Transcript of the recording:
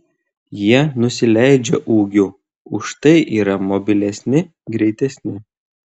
jie nusileidžia ūgiu užtai yra mobilesni greitesni